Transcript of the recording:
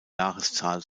jahreszahl